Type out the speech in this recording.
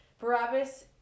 Barabbas